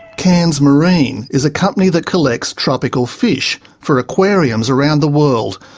cairns marine is a company that collects tropical fish for aquariums around the world,